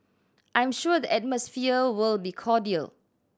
I'm sure the atmosphere will be cordial